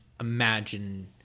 imagine